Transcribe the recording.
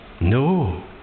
No